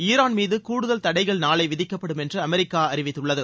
Iran மீது கூடுதல் தடைகள் நாளை விதிக்கப்படும் என்று அமெரிக்கா அறிவித்துள்ளது